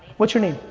what's your name?